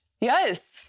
yes